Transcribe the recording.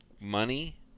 money